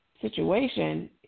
situation –